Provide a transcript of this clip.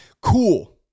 Cool